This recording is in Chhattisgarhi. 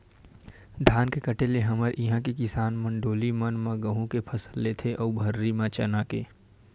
धान के कटे ले हमर इहाँ के किसान मन डोली मन म गहूँ के फसल लेथे अउ भर्री म चना के